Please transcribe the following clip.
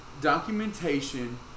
documentation